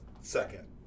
second